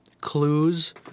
clues